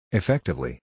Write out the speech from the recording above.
effectively